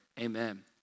amen